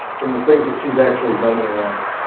from the things she has actually done in her life.